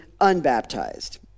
unbaptized